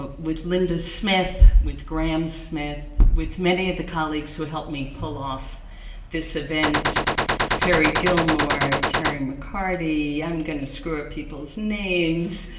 ah with linda smith, with graham smith, with many of the colleagues who helped me pull off this event perry gilmore, terry mccarty, i'm gonna screw up people's names,